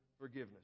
forgiveness